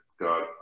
God